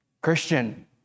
Christian